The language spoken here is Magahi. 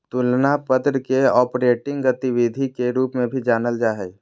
तुलना पत्र के ऑपरेटिंग गतिविधि के रूप में भी जानल जा हइ